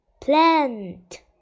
plant